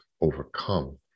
overcome